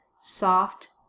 soft